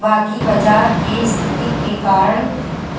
बाकी बाजार के स्थिति के कारण